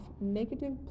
negative